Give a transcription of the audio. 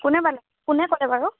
কোনে কোনে ক'লে বাৰু